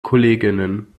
kolleginnen